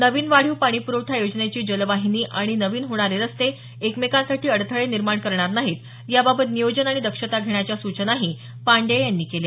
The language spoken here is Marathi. नवीन वाढीव पाणी प्रखठा योजनेची जलवाहिनी आणि नवीन होणारे रस्ते एकमेकमांसाठी अडथळे निर्माण करणार नाही या बाबत नियोजन आणि दक्षता घेण्याच्या सूचनाही महापालिका प्रशासक पांडेय यांनी केल्या